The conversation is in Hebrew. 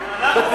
הבעיות,